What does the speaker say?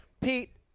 Pete